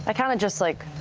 i kind of just like,